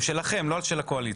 זה שלכם, לא של הקואליציה.